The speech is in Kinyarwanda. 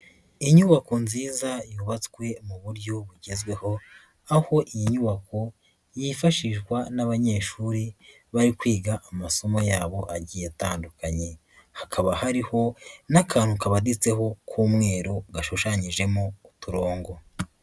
Inyubako nziza yubatswe mu buryo bugezweho aho iyi nyubako yifashishwa n'abanyeshuri bari kwiga amasomo yabo agiye atandukanye, hakaba hariho n'akantu kabaditseho k'umweru gashushanyijemo uturongo.